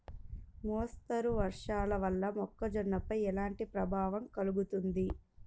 మోస్తరు వర్షాలు వల్ల మొక్కజొన్నపై ఎలాంటి ప్రభావం కలుగుతుంది?